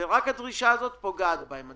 ורק הדרישה הזאת פוגעת בהם.